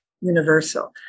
universal